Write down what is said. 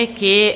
che